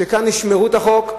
שכאן ישמרו את החוק.